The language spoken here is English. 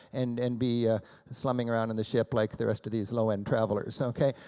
and and be ah slumming around and the ship like the rest of these low end travelers, okay.